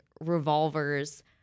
revolvers